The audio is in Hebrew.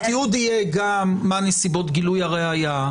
התיעוד יהיה גם מה הנסיבות גילוי הראיה,